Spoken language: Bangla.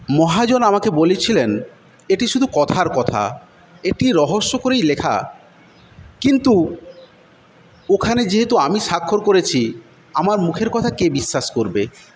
মহাজন আমাকে বলেছিলেন এটি শুধু কথার কথা এটি রহস্য করেই লেখা কিন্তু ওখানে যেহেতু আমি স্বাক্ষর করেছি আমার মুখের কথা কে বিশ্বাস করবে